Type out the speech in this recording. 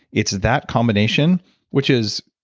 it's that combination which is.